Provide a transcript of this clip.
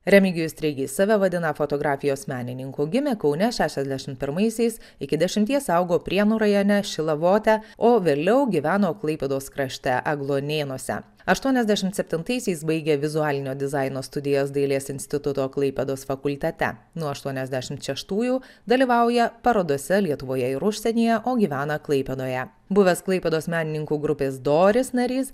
remigijus treigys save vadina fotografijos menininku gimė kaune šešiasdešim pirmaisiais iki dešimties augo prienų rajone šilavote o vėliau gyveno klaipėdos krašte agluonėnuose aštuoniasdešimt septintaisiais baigė vizualinio dizaino studijas dailės instituto klaipėdos fakultete nuo aštuoniasdešimt šeštųjų dalyvauja parodose lietuvoje ir užsienyje o gyvena klaipėdoje buvęs klaipėdos menininkų grupės doris narys